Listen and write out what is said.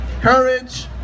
Courage